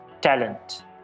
talent